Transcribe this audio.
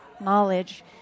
knowledge